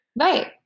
Right